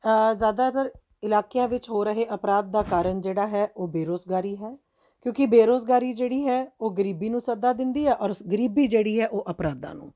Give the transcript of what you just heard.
ਜ਼ਿਆਦਾਤਰ ਇਲਾਕਿਆਂ ਵਿੱਚ ਹੋ ਰਹੇ ਅਪਰਾਧ ਦਾ ਕਾਰਨ ਜਿਹੜਾ ਹੈ ਉਹ ਬੇਰੋਜ਼ਗਾਰੀ ਹੈ ਕਿਉਂਕਿ ਬੇਰੋਜ਼ਗਾਰੀ ਜਿਹੜੀ ਹੈ ਉਹ ਗਰੀਬੀ ਨੂੰ ਸੱਦਾ ਦਿੰਦੀ ਹੈ ਔਰ ਗਰੀਬੀ ਜਿਹੜੀ ਹੈ ਉਹ ਅਪਰਾਧਾਂ ਨੂੰ